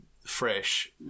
fresh